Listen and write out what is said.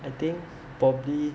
I think probably